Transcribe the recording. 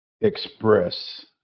express